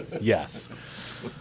Yes